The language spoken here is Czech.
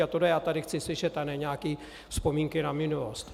A tohle já tady chci slyšet a ne nějaké vzpomínky na minulost.